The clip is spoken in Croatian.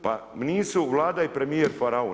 Pa nisu Vlada i premijer faraoni.